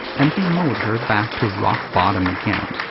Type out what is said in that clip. and demote her back to rock bottom again.